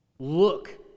Look